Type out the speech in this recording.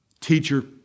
teacher